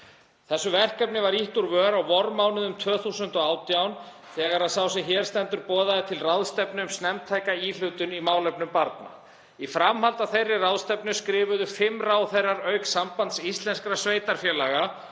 Þessu verkefni var ýtt úr vör á vormánuðum 2018 þegar sá sem hér stendur boðaði til ráðstefnu um snemmtæka íhlutun í málefnum barna. Í framhaldi af þeirri ráðstefnu skrifuðu fimm ráðherrar, auk Sambands íslenskra sveitarfélaga,